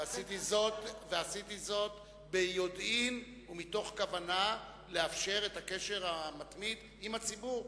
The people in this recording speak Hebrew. ועשיתי זאת ביודעין ומתוך כוונה לאפשר את הקשר המתמיד עם הציבור.